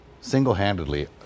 single-handedly